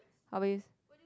how is